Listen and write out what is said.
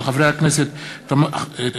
מאת חברי הכנסת תמר זנדברג,